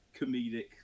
comedic